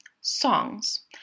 Songs